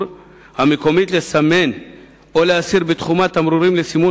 המקומית לסמן או להסיר בתחומה תמרורים לסימון